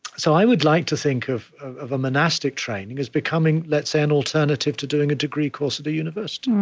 so i would like to think of of a monastic training as becoming, let's say, an alternative to doing a degree course at a university.